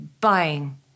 buying